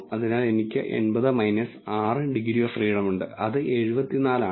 അതിനാൽ എനിക്ക് 80 6 degree of freedom ഉണ്ട് അത് 74 ആണ്